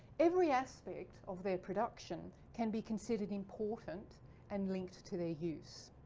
every aspect of their production can be considered important and linked to their use.